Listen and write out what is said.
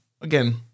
again